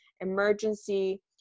emergency